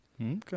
okay